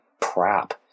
crap